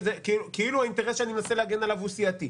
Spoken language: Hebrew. כאילו האינטרס שאני מנסה להגן עליו הוא סיעתי.